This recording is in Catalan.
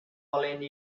valent